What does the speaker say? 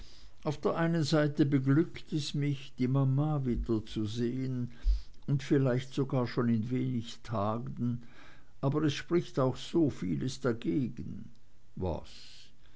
auf der einen seite beglückt es mich die mama wiederzusehen und vielleicht sogar schon in wenigen tagen aber es spricht auch so vieles dagegen was